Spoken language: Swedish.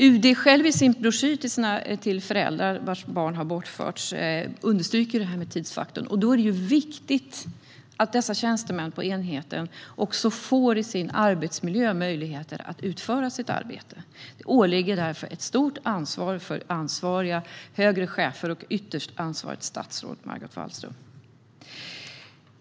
I UD:s egen broschyr till föräldrar vars barn har förts bort understryks tidsfaktorn. Det är viktigt att tjänstemännen på enheten också i sin arbetsmiljö får möjligheter att utföra sitt arbete. Det ligger därför ett stort ansvar på de högre ansvariga cheferna, och ytterst ansvarig är statsrådet Margot Wallström.